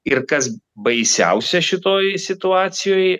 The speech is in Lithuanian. ir kas baisiausia šitoj situacijoj